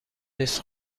نیست